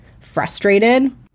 frustrated